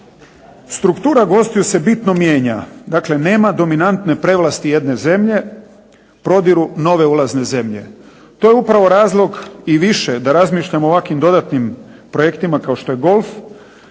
Struktura gostiju se bitno mijenja, dakle nema dominantne prevlasti jedne zemlje, prodiru nove ulazne zemlje. To je upravo razlog i više da razmišljamo o ovakvim dodatnim projektima kao što je golf,